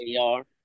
AR